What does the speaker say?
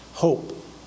hope